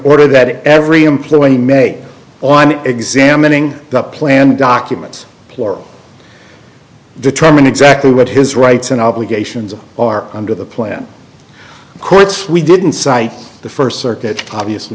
order that every employee may on examining the plan documents play determine exactly what his rights and obligations are under the plan courts we didn't cite the first circuit obviously